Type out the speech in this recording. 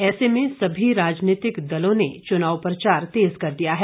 ऐसे में सभी राजनीतिक दलों ने चुनाव प्रचार तेज कर दिया हैं